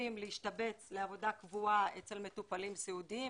כמחליפים להשתבץ לעבודה קבועה אצל מטופלים סיעודיים,